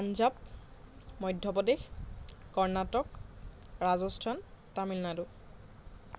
Punjab Madhya Pradesh Karnataka Rajasthan Tamil Nadu